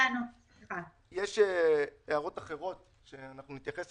יש הערות אחרות של נציגי הלשכות שנתייחס